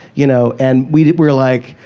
you know, and we were like,